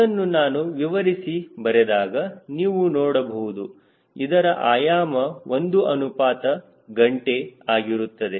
ಇದನ್ನು ನಾನು ವಿವರಿಸಿ ಬರೆದಾಗ ನೀವು ನೋಡಬಹುದು ಇದರ ಆಯಾಮ ಒಂದು ಅನುಪಾತ ಗಂಟೆ ಆಗಿರುತ್ತದೆ